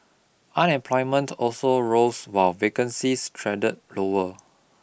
unemployment also rose while vacancies trended lower